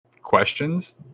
questions